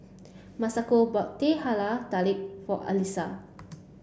Masako bought Teh Halia Tarik for Elyssa